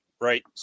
right